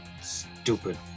stupid